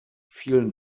vielen